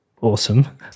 awesome